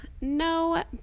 no